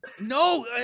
No